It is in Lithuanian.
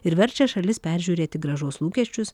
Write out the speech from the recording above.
ir verčia šalis peržiūrėti grąžos lūkesčius